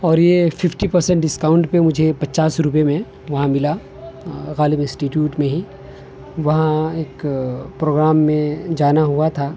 اور یہ fifty percent discount پہ مجھے پچاس روپئے میں وہاں ملا غالب انسٹیٹیوٹ میں ہی وہاں ایک پروگرام میں جانا ہوا تھا